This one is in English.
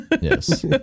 yes